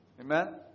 Amen